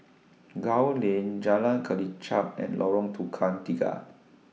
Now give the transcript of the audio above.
Gul Lane Jalan Kelichap and Lorong Tukang Tiga